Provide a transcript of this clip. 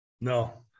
No